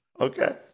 Okay